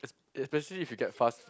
especially if you get fast